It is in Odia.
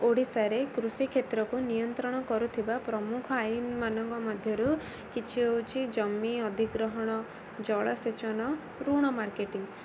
ଓଡ଼ିଶାରେ କୃଷି କ୍ଷେତ୍ରକୁ ନିୟନ୍ତ୍ରଣ କରୁଥିବା ପ୍ରମୁଖ ଆଇନ୍ମାନଙ୍କ ମଧ୍ୟରୁ କିଛି ହେଉଛି ଜମି ଅଧିଗ୍ରହଣ ଜଳସେଚନ ଋଣ ମାର୍କେଟିଂ